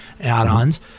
add-ons